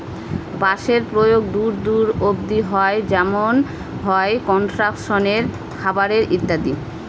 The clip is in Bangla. বাঁশের প্রয়োগ দূর দূর অব্দি হয় যেমন হয় কনস্ট্রাকশনে, খাবারে ইত্যাদি